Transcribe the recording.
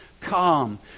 calm